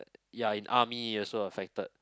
ya in army it also affected